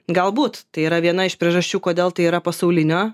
galbūt tai yra viena iš priežasčių kodėl tai yra pasaulinio